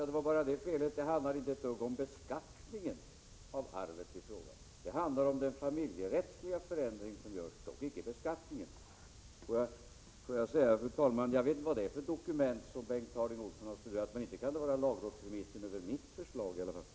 Fru talman! Felet är att det handlar inte ett dugg om beskattningen av arvet i fråga. Det handlar om den familjerättsliga förändring som görs, dock inte beskattningen. Fru talman! Jag vet inte vad det är för dokument som Bengt Harding Olson har studerat, men inte kan det vara lagrådets remiss över mitt förslag i alla fall.